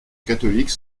catholique